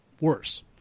worse